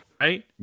Right